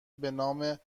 بینام